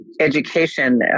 education